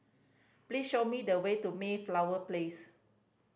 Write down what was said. please show me the way to Mayflower Place